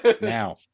now